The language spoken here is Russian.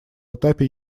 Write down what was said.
этапе